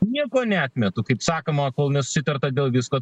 nieko neatmetu kaip sakoma kol nesusitarta dėl visko